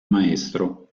maestro